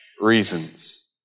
reasons